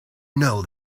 know